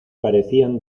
parecían